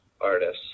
artists